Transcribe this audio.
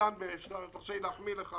תרשה לי להחמיא לך,